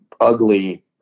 ugly